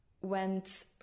went